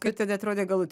kaip tada atrodė galuti